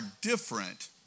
different